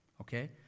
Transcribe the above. Okay